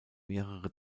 mehrere